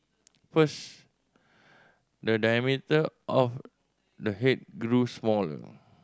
first the diameter of the head grew smaller